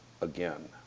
again